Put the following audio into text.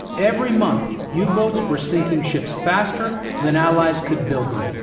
every month, yeah u-boats were sinking ships faster than allies could build them,